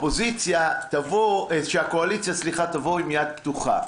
שהקואליציה תבוא עם יד פתוחה.